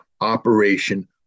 operation